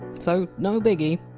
so no biggie!